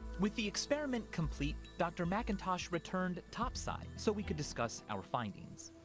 with the experiment complete, dr. mcintosh returned topside so we could discuss our findings.